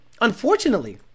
Unfortunately